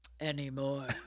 anymore